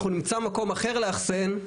אנחנו נמצא מקום אחר לאחסן",